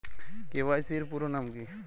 KYC এর পুরোনাম কী?